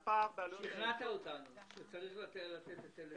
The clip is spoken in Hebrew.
שכנעת אותנו שצריך לתת היטל היצף.